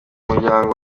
muryango